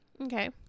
Okay